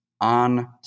on